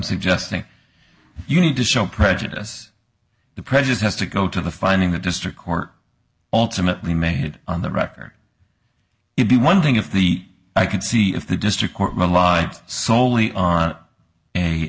suggesting you need to show prejudice the president has to go to the finding the district court ultimately made it on the record it be one thing if the i can see if the district court relied soley on a